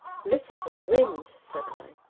listen to the wind! said i.